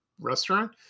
restaurant